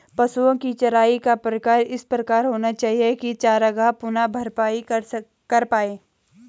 पशुओ की चराई का प्रकार इस प्रकार होना चाहिए की चरागाह पुनः भरपाई कर पाए